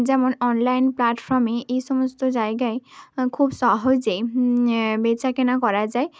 যেমন অনলাইন প্ল্যাটফর্মে এই সমস্ত জায়গায় খুব সহজেই বেচা কেনা করা যায়